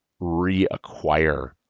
reacquire